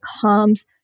comes